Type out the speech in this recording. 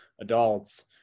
adults